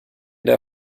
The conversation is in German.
der